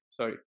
Sorry